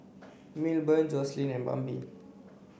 Milburn Joslyn and Bambi